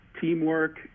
teamwork